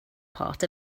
part